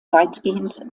weitgehend